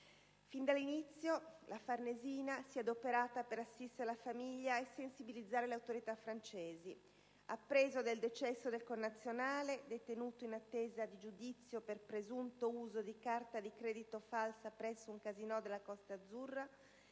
Fin dall'inizio, la Farnesina si è adoperata per assistere la famiglia e sensibilizzare le autorità francesi. Appreso del decesso del connazionale, detenuto in attesa di giudizio per il presunto uso di carta di credito falsa presso un casinò della Costa azzurra,